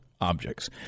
objects